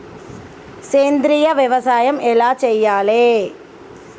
సేంద్రీయ వ్యవసాయం ఎలా చెయ్యాలే?